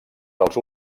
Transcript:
dels